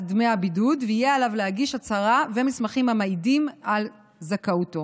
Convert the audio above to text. דמי הבידוד ויהיה עליו להגיש הצהרה ומסמכים המעידים על זכאותו.